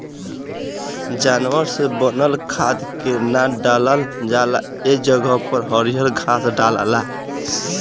जानवर से बनल खाद के ना डालल जाला ए जगह पर हरियर घास डलाला